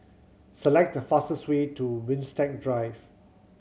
select the fastest way to Winstedt Drive